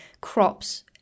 crops